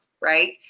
Right